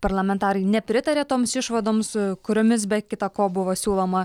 parlamentarai nepritarė toms išvadoms kuriomis be kita ko buvo siūloma